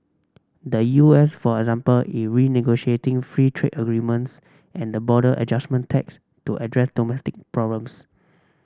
the U S for example it renegotiating free trade agreements and the border adjustment tax to address domestic problems